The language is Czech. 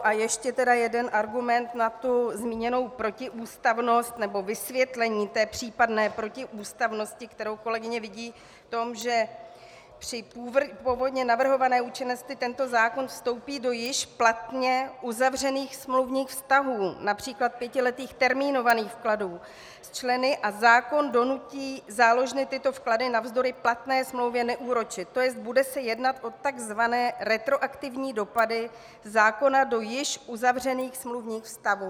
A ještě tedy jeden argument na zmíněnou protiústavnost, nebo vysvětlení případné protiústavnosti, kterou kolegyně vidí v tom, že při původně navrhované účinnosti tento zákon vstoupí do již platně uzavřených smluvních vztahů, například pětiletých termínovaných vkladů, s členy a zákon donutí záložny tyto vklady navzdory platné smlouvě neúročit, tj. bude se jednat o tzv. retroaktivní dopady zákona do již uzavřených smluvních vztahů.